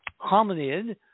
hominid